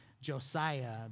Josiah